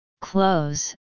close